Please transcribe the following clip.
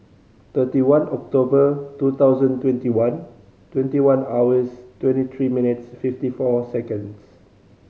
thirty one October two thousand twenty one twenty one hours twenty three minutes fifty four seconds